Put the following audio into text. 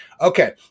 Okay